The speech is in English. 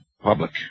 public